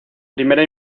primera